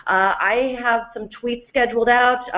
i have some tweets scheduled out,